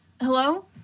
hello